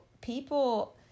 people